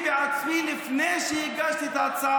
אלא שאתם הפכתם לצד